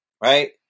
right